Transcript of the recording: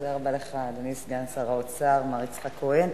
תודה רבה לך, אדוני סגן שר האוצר, מר יצחק כהן.